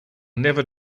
never